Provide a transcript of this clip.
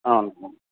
ಹಾಂ